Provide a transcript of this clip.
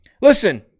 Listen